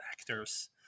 actors